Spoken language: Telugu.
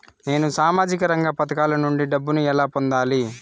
నేను సామాజిక రంగ పథకాల నుండి డబ్బుని ఎలా పొందాలి?